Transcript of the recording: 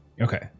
Okay